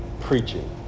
preaching